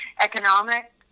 economic